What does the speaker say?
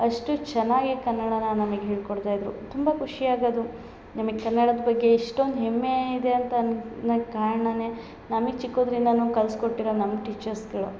ಅಷ್ಟು ಚೆನ್ನಾಗಿ ಕನ್ನಡನ ನಮಗೆ ಹೇಳ್ಕೊಡ್ತಾಯಿದ್ದರು ತುಂಬ ಖುಷಿ ಆಗದು ನಮಗೆ ಕನ್ನಡದ ಬಗ್ಗೆ ಇಷ್ಟೊಂದು ಹೆಮ್ಮೆ ಇದೆ ಅಂತ ಅನ್ನಕ್ಕೆ ಕಾರಣನೆ ನಮಗೆ ಚಿಕ್ಕುದರಿಂದನು ಕಲ್ಸಿ ಕೊಟ್ಟಿರೋ ನಮ್ಮ ಟೀಚರ್ಸ್ಗಳು